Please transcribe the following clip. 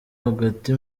hagati